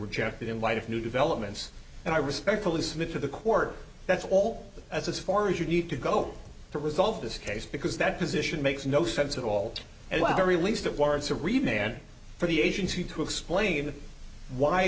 rejected in light of new developments and i respectfully submit to the court that's all as far as you need to go to resolve this case because that position makes no sense at all and was very least it warrants to remain and for the agency to explain why